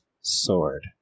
sword